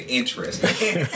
interesting